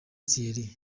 thierry